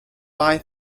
buy